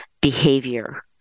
behavior